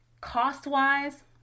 cost-wise